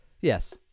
Yes